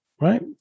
right